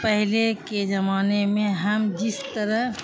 پہلے کے زمانے میں ہم جس طرح